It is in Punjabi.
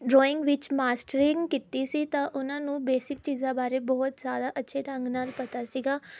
ਡਰਾਇੰਗ ਵਿੱਚ ਮਾਸਟਰਿੰਗ ਕੀਤੀ ਸੀ ਤਾਂ ਉਨ੍ਹਾਂ ਨੂੰ ਬੇਸਿਕ ਚੀਜ਼ਾਂ ਬਾਰੇ ਬਹੁਤ ਸਾਰਾ ਅੱਛੇ ਢੰਗ ਨਾਲ ਪਤਾ ਸੀਗਾ